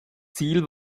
ziel